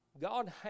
God